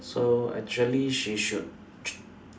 so actually she should